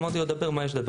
אמרתי לו, דבר מה יש לדבר.